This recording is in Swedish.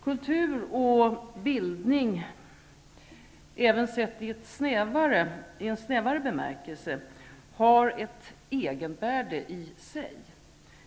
Kultur och bildning, även sett i en snävare bemärkelse, har ett egenvärde i sig.